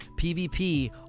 PvP